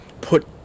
put